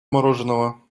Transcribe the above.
мороженого